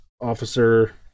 officer